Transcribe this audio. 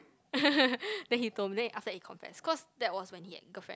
then he told me then after that he confess cause that was when he had girlfriend